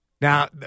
Now